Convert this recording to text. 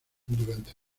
durante